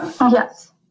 yes